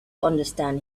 understand